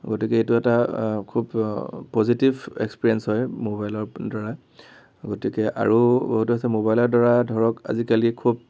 গতিকে এইটো এটা খুব পজিটিভ এক্সপিৰিয়েন্স হয় ম'বাইলৰদ্বাৰা গতিকে আৰু বহুত আছে মবাইলৰদ্বাৰা ধৰক আজিকালি খুব